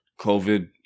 COVID